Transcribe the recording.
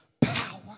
power